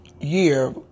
year